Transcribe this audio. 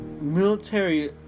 military